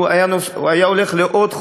היה הולך לעוד חוג,